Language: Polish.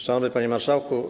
Szanowny Panie Marszałku!